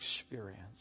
experience